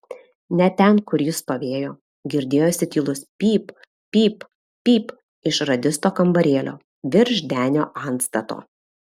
net ten kur jis stovėjo girdėjosi tylus pyp pyp pyp iš radisto kambarėlio virš denio antstato